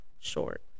short